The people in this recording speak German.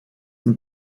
den